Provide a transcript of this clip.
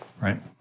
right